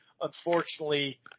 unfortunately